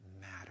matter